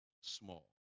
small